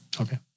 Okay